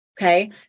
okay